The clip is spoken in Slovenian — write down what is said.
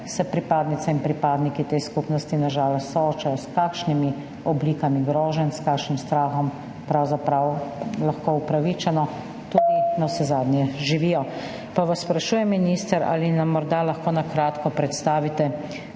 se pripadnice in pripadniki te skupnosti na žalost soočajo, s kakšnimi oblikami groženj, s kakšnim strahom pravzaprav lahko upravičeno tudi navsezadnje živijo. Pa vas sprašujem, minister: Ali nam morda lahko na kratko predstavite